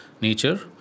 nature